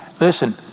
Listen